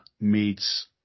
meets